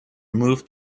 moved